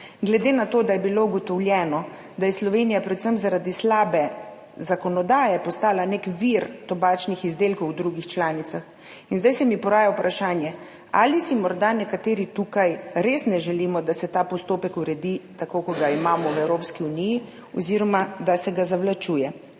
Glede na to, da je bilo ugotovljeno, da je Slovenija predvsem zaradi slabe zakonodaje postala nek vir tobačnih izdelkov v drugih članicah, se mi zdaj poraja vprašanje. Ali si morda nekateri tukaj res ne želimo, da se ta postopek uredi tako, kot ga imamo v Evropski uniji oziroma da se ga zavlačuje?